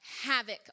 havoc